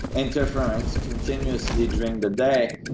interference continuously during the day,